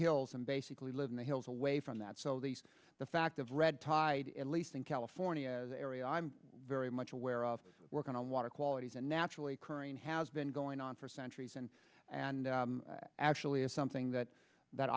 hills and basically live in the hills away from that so these the fact of red tide at least in california as an area i'm very much aware of working on water quality is a naturally occurring has been going on for centuries and and actually is something that that